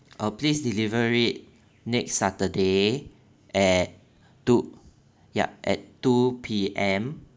uh place delivery next saturday at two yup at two P_M